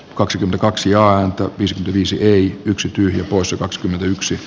kaksikymmentäyksi aalto viisi viisi yksi tyhjä poissa kaksi yksi